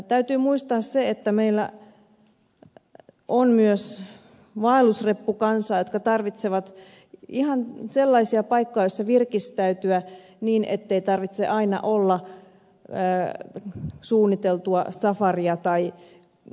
täytyy muistaa se että meillä on myös vaellusreppukansaa joka tarvitsee ihan sellaisia paikkoja joissa virkistäytyä niin ettei tarvitse aina olla suunniteltua safaria tai muuta vastaavaa